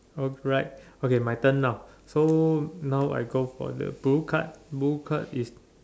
oh right okay my turn now so now I go for the blue card blue card is